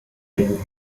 gehen